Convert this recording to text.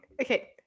okay